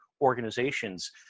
organizations